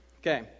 Okay